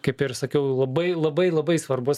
kaip ir sakiau labai labai labai svarbus